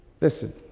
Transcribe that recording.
Listen